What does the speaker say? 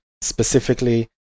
specifically